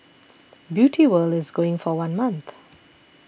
Beauty World is going for one month